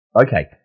Okay